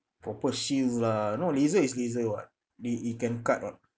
proper shields lah you know laser is laser [what] they it can cut [what]